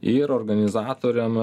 ir organizatoriam